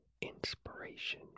inspiration